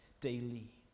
daily